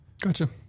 gotcha